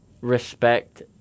respect